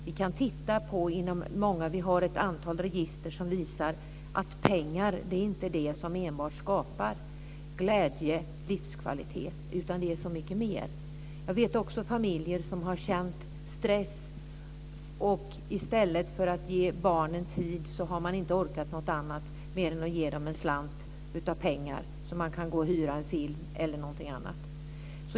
Det finns ett antal register som visar att pengar inte är det som enbart skapar glädje och livskvalitet, utan det är så mycket mer. Jag vet också familjer som har känt stress, och i stället för att ge barnen tid har man inte orkat mer än att ge dem en slant så att de kan hyra en film eller något annat.